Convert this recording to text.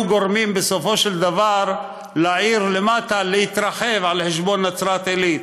גורמות בסופו של דבר לעיר למטה להתרחב על חשבון נצרת-עילית.